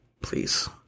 please